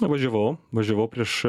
važiavau važiavau prieš